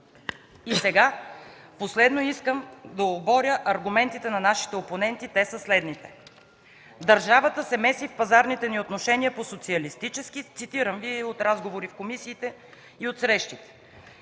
И сега последно искам да оборя аргументите на нашите опоненти, а те са следните: „Държавата се меси в пазарните ни отношения по социалистически” – цитирам Ви от разговори в комисиите и от срещи